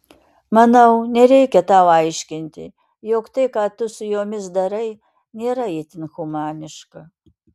manau nereikia tau aiškinti jog tai ką tu su jomis darai nėra itin humaniška